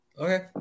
Okay